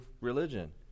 religion